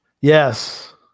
Yes